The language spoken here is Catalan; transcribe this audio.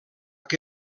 que